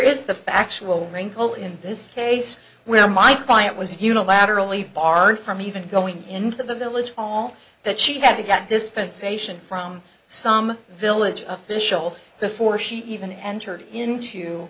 is the factual wrinkle in this case where my client was unilaterally barred from even going into the village hall that she had to get dispensation from some village official before she even entered into